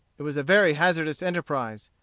it was a very hazardous enterprise.